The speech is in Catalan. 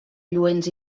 lluents